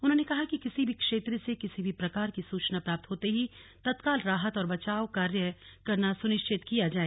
उन्होंने कहा कि किसी भी क्षेत्र से किसी भी प्रकार की सुचना प्राप्त होते ही तत्काल राहत और बचाव कार्य करना सुनिश्चित किया जाए